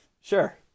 Sure